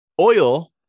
oil